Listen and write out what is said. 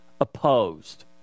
opposed